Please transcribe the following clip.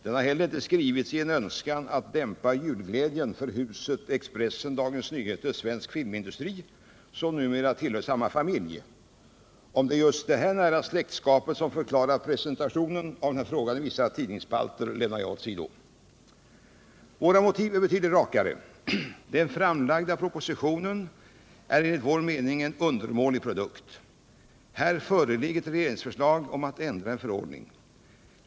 Den har heller inte skrivits i en önskan att dämpa julglädjen för huset Expressen-Dagens Nyheter-Svensk Filmindustri, som numera tillhör samma familj. Om det är just detta nära släktskap som förklarar presentationen av denna fråga i vissa tidningsspalter lämnar jag åsido. Våra motiv är betydligt rakare. Den framlagda propositionen är enligt vår mening en undermålig produkt. Här föreligger ett regeringsförslag om att ändra en förordning.